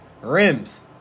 rims